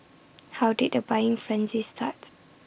how did the buying frenzy starts